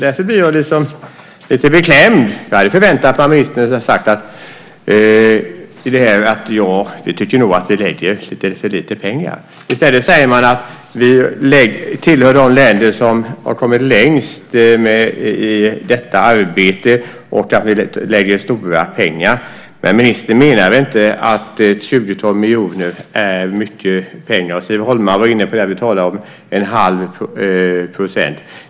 Därför blir jag lite beklämd, för jag hade förväntat mig att ministern skulle säga: Jag tycker nog att vi lägger lite för lite pengar. I stället säger han att vi tillhör de länder som har kommit längst med detta arbete och att vi lägger stora pengar på det. Men ministern menar väl inte att ett 20-tal miljoner är mycket pengar? Som Siv Holma var inne på talar vi om 1⁄2 % av de statliga intäkterna.